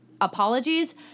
apologies